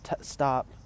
stop